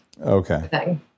Okay